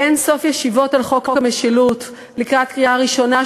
באין-סוף ישיבות על חוק המשילות לקראת קריאה ראשונה,